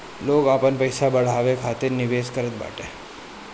लोग आपन पईसा बढ़ावे खातिर निवेश करत बाटे